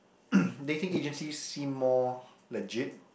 dating agency seem more legit